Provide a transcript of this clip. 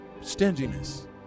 Stinginess